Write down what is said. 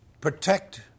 protect